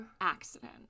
accident